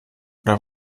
oder